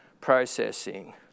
processing